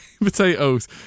potatoes